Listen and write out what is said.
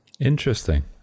Interesting